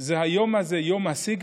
זה היום הזה, יום הסיגד,